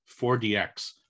4DX